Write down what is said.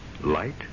Light